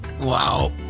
Wow